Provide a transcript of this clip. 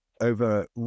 over